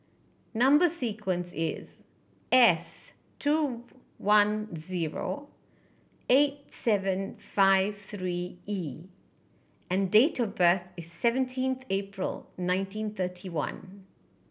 number sequence is S two one zero eight seven five three E and date of birth is seventeenth April nineteen thirty one